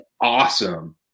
Awesome